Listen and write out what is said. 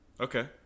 Okay